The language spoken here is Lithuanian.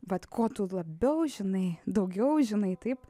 bet ko tu labiau žinai daugiau žinai taip